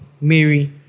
Mary